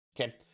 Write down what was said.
Okay